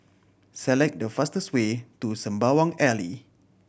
select the fastest way to Sembawang Alley